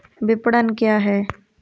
विपणन क्या है?